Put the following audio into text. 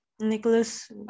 Nicholas